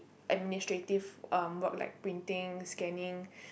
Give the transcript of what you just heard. administrative um work like printing scanning